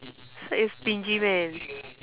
such a stingy man